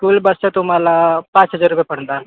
school बसचं तुम्हाला पाच हजार रुपये पडणार